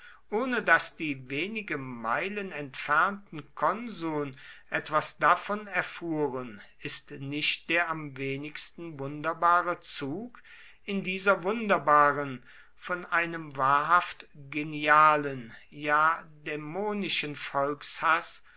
ohne daß die wenige meilen entfernten konsuln etwas davon erfuhren ist nicht der am wenigsten wunderbare zug in dieser wunderbaren von einem wahrhaft genialen ja dämonischen volkshaß